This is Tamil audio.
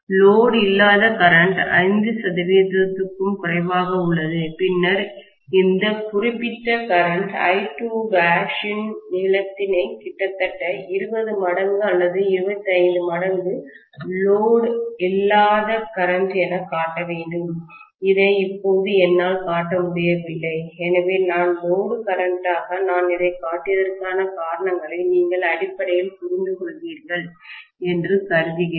லோடு இல்லாத கரண்ட் 5 க்கும் குறைவாகவே உள்ளது பின்னர் இந்த குறிப்பிட்ட கரண்ட் I2'வின் நீளத்தினை கிட்டத்தட்ட 20 மடங்கு அல்லது 25 மடங்கு லோடு இல்லாத கரண்ட் எனக் காட்ட வேண்டும் இதை இப்போது என்னால் காட்ட முடியவில்லை எனவே நான் லோடு கரண்ட்டாக நான் இதைக் காட்டியதற்கான காரணங்களை நீங்கள் அடிப்படையில் புரிந்துகொள்கிவீர்கள் என்று கருதுகிறேன்